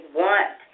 want